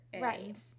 Right